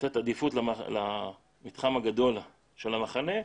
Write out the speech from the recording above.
לתת עדיפות למתחם הגדול של המחנה,